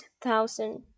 thousand